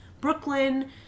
Brooklyn